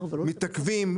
מתעכבים.